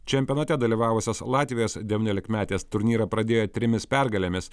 čempionate dalyvavusios latvijos devyniolikmetės turnyrą pradėjo trimis pergalėmis